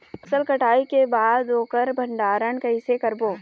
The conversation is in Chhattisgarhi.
फसल कटाई के बाद ओकर भंडारण कइसे करबो?